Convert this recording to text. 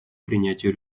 принятию